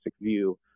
view